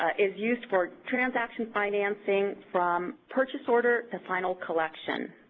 is used for transaction financing from purchase order to final collection.